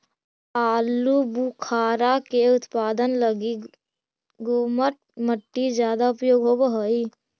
आलूबुखारा के उत्पादन लगी दोमट मट्टी ज्यादा उपयोग होवऽ हई